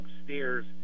upstairs